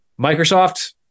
Microsoft